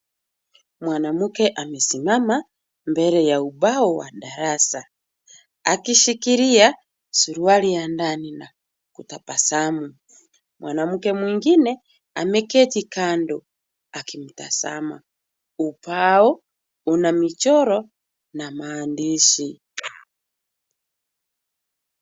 Mwanamke amesimama mbele ya ubao wa darasa, akishikilia suruali ya ndani na kutabasamu. Mwanamke mwingine ameketi kando akimtazama. Ubao una michoro na maandishi.